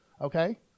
okay